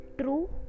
True